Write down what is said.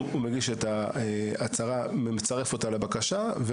הוא מגיש את ההצהרה ומצרף אותה לבקשה,